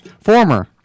former